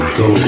go